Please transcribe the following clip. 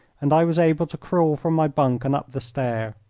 and i was able to crawl from my bunk and up the stair.